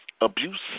abuse